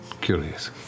Curious